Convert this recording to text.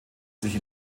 sich